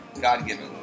God-given